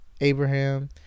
Abraham